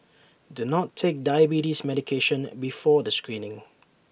do not take diabetes medication before the screening